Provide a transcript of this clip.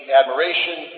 admiration